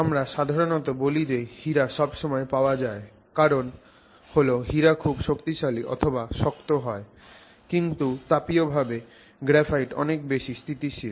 আমরা সাধারণত বলি যে হীরা সব সময় পাওয়া যায় কারণ হল হীরা খুব শক্তিশালী অথবা শক্ত হয় কিন্তু তাপীয়ভাবে গ্রাফাইট অনেক বেশি স্থিতিশীল